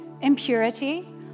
impurity